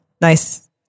Nice